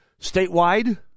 statewide